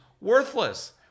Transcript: worthless